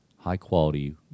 high-quality